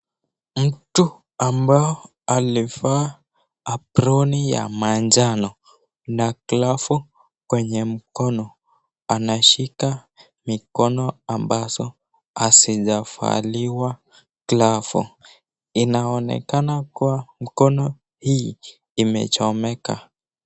Mtu ambao alivaa aproni ya manjano na glavu kwenye mkono anashika mikono ambazo hazijavaliwa glavu . Inaonekana kua mkono hii imechomeka.